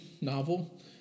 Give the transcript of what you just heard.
novel